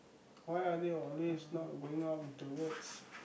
why are they always not going up with their words